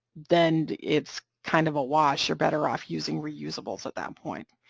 then it's kind of a wash, you're better off using reusables at that point.